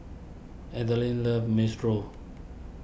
Adaline loves Minestrone